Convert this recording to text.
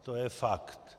To je fakt.